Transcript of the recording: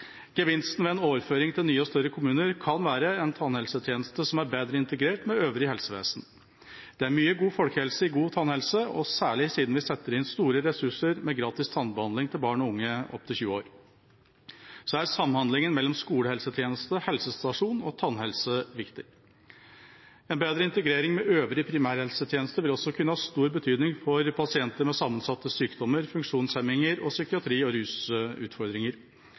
Gevinsten ved en overføring til nye og større kommuner kan være en tannhelsetjeneste som er bedre integrert med øvrig helsevesen. Det er mye god folkehelse i god tannhelse, og særlig siden vi setter inn store ressurser med gratis tannbehandling til barn og unge opptil 20 år, er samhandlingen mellom skolehelsetjeneste, helsestasjon og tannhelse viktig. En bedre integrering med øvrig primærhelsetjeneste vil også kunne ha stor betydning for pasienter med sammensatte sykdommer, funksjonshemninger og psykiatri- og rusutfordringer.